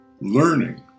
Learning